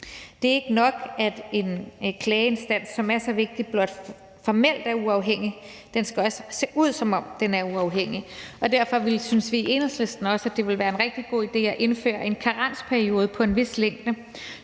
Det er ikke nok, at en klageinstans, som er så vigtig, blot formelt er uafhængig; den skal også se ud, som om den er uafhængig, og derfor synes vi i Enhedslisten også, at det ville være en rigtig god idé at indføre en karensperiode på en vis længde,